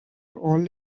all